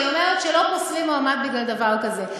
אני אומרת שלא פוסלים מועמד בגלל דבר כזה.